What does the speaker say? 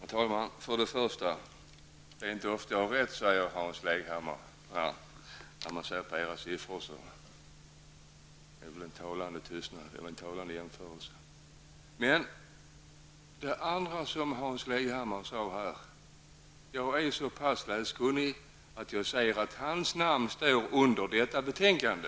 Herr talman! Hans Leghammar säger att det inte är ofta som jag har rätt. Det utgör en talande jämförelse att se opinionssiffrorna för miljöpartiet. Jag är så pass läskunnig att jag kan se att Hans Leghammar har skrivit under detta betänkande.